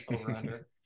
over-under